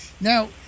Now